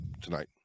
tonight